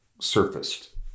surfaced